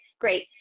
Great